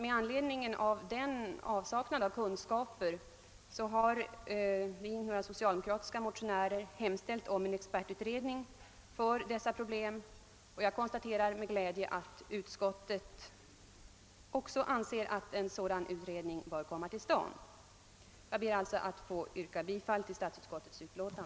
I anledning av den avsaknaden av kunskaper har vi, några socialdemokratiska motionärer, hemställt om en expertutredning av dessa problem, och jag konstaterar med glädje att utskottet också anser att en sådan utredning bör komma till stånd. Jag ber att få yrka bifall till utskottets hemställan.